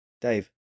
Dave